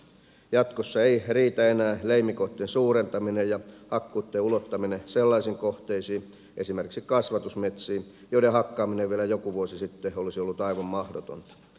jatkossa ei riitä enää leimikoitten suurentaminen ja hakkuitten ulottaminen sellaisiin kohteisiin esimerkiksi kasvatusmetsiin joiden hakkaaminen vielä joku vuosi sitten olisi ollut aivan mahdotonta